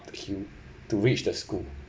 to k~ to reach the school